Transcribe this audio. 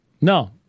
No